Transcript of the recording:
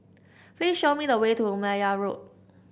please show me the way to Meyer Road